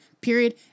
Period